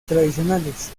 tradicionales